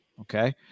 okay